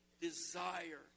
desire